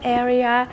area